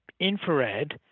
infrared